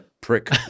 prick